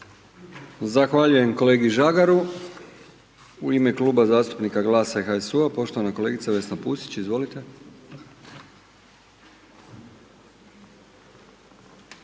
Zahvaljujem kolegi Žagaru. U ime Kluba zastupnika GLAS-a i HSU-a, poštovana kolegica Vesna Pusić. Izvolite.